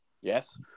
Yes